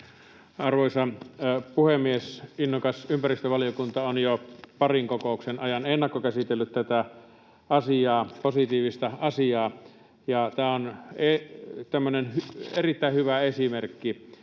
Arvoisa puhemies! Innokas ympäristövaliokunta on jo parin kokouksen ajan ennakkokäsitellyt tätä positiivista asiaa. Tämä on erittäin hyvä esimerkki